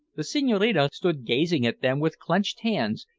the senhorina stood gazing at them with clenched hands,